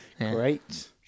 Great